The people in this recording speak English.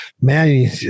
Man